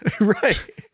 Right